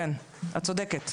את צודקת.